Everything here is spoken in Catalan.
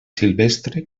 silvestre